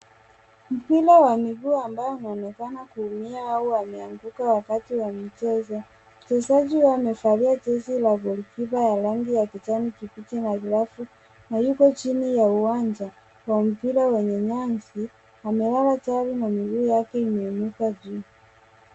Mpira wa miguu ambayo anaonekana kuumia au ameanguka wakati wa michezo. Wachezaji wamevalia jezi la goalkeeper ya rangi ya kijani kibichi na hirafu na yuko chini ya uwanja kwa mpira wenye nyanzi. Amelala chali na miguu yake imeinuka juu.